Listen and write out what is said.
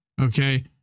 Okay